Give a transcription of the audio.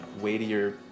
weightier